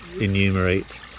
enumerate